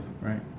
right